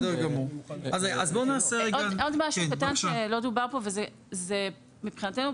עוד משהו קטן שלא דובר כאן שמבחינתנו הוא